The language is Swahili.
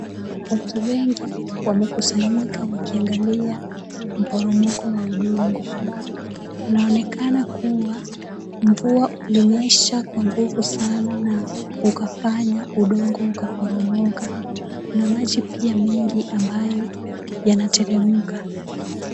Watu wengi wamekusanyika wakiangalia mporomoko wa udongo. Inaonekana kuwa mvua ikionyesha kwa nguvu sana na ukafanya udongo ukaporomoka. Kuna maji pia mengi ambayo yanateremka.